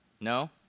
No